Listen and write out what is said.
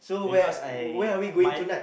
because I my